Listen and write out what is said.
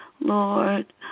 Lord